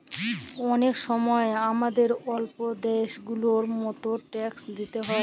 অলেক সময় হামাদের ওল্ল দ্যাশ গুলার মত ট্যাক্স দিতে হ্যয়